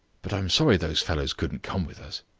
but i'm sorry those fellows couldn't come with us.